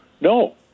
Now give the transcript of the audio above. No